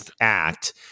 act